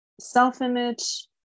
self-image